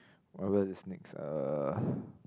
whatever is next uh